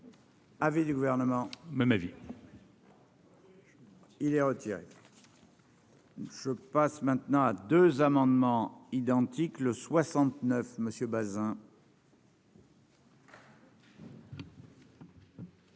Avis du gouvernement, même avis. Il est retiré. Je passe maintenant à 2 amendements identiques, le soixante-neuf